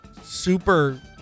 super